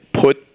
put